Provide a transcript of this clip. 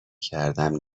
کردم